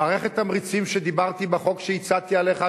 מערכת תמריצים שדיברתי עליה בחוק שהצעתי לך,